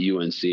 UNC